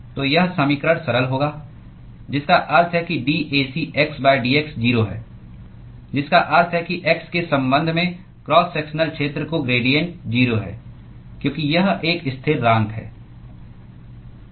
तो यह समीकरण सरल होगा जिसका अर्थ है कि dAc x dx 0 है जिसका अर्थ है कि x के संबंध में क्रॉस सेक्शनल क्षेत्र का ग्रेडिएंट 0 है क्योंकि यह एक स्थिरांक है